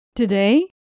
Today